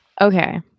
Okay